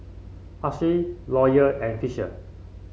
Alys Lawyer and Fisher